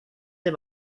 del